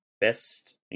best